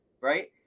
Right